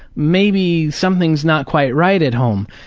maybe something's not quite right at home.